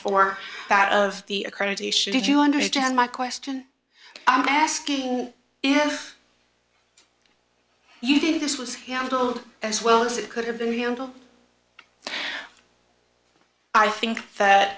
for that of the accreditation did you understand my question i'm asking if you think this was handled as well as it could have been handled i think that